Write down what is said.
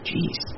Jeez